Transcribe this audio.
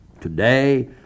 Today